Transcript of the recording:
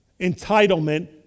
Entitlement